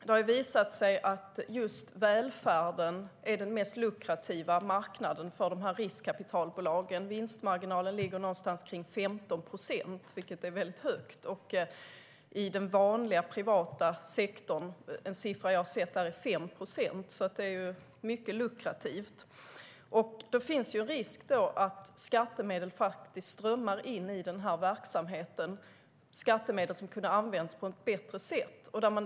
Det har visat sig att välfärden är den mest lukrativa marknaden för riskkapitalbolagen. Vinstmarginalen ligger någonstans kring 15 procent, vilket är mycket högt. I den vanliga privata sektorn ligger den på 5 procent; det är den siffra jag sett. Det är alltså mycket lukrativt, och därmed finns det risk för att skattemedel strömmar in i den verksamheten, skattemedel som kunde ha använts på ett bättre sätt.